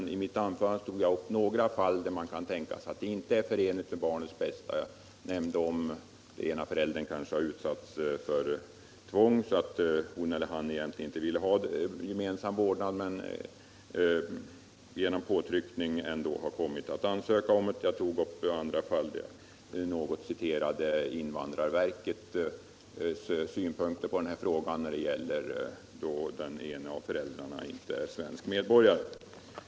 I mitt anförande tog jag emellertid upp några fall där det kan tänkas att gemensam vårdnad inte är förenlig med barnets bästa. Jag nämnde möjligheten att den ena föräldern utsatts för tvång, dvs. att vederbörande egentligen inte vill ha gemensam vårdnad men genom påtryckningar ändå har kommit att ansöka om det. Jag tog också upp ett exempel där jag citerade invandrarverkets synpunkter på vårdnadsfrågan då den ena föräldern inte är svensk medborgare.